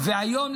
היום,